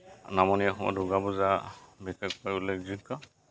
নামনি অসমত দুৰ্গা পূজা বিশেষকৈ উল্লেখযোগ্য